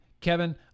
Kevin